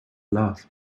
love